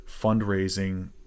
fundraising